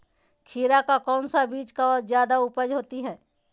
खीरा का कौन सी बीज का जयादा उपज होती है?